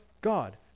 God